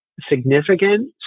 significant